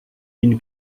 une